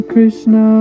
Krishna